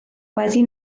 wedi